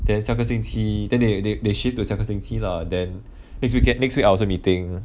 then 下个星期 then they they they shift to 下个星期 lah then next week can next week I also meeting